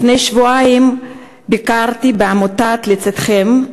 לפני שבועיים ביקרתי בעמותת "לצדכם",